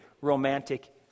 romantic